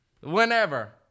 whenever